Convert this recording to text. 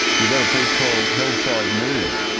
you've got a piece called hillside moos.